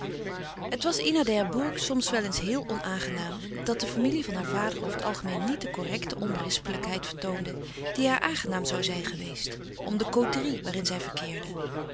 het was ina d'herbourg soms wel eens heel onaangenaam dat de familie van haar vader over het algemeen niet die correcte onberispelijkheid vertoonde die haar aangenaam zoû zijn geweest om de côterie waarin zij verkeerde